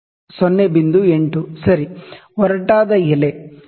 8 ಸರಿ ಒರಟಾದ ಎಲೆಯನ್ನು